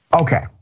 Okay